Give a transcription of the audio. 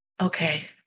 Okay